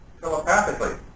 telepathically